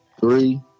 three